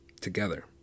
together